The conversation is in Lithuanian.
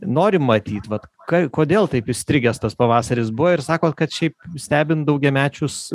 norim matyt vat kai kodėl taip įstrigęs tas pavasaris buvo ir sakot kad šiaip stebint daugiamečius